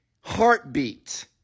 heartbeat